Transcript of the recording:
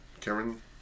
Cameron